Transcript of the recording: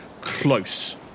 close